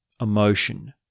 emotion